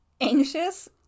anxious